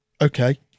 Okay